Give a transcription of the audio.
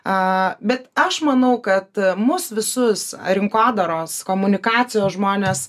a bet aš manau kad mus visus rinkodaros komunikacijos žmones